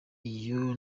iyo